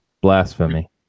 Blasphemy